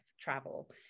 travel